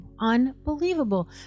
Unbelievable